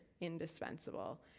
indispensable